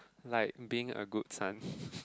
like being a good son